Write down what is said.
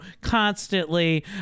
constantly